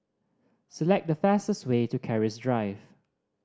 select the fastest way to Keris Drive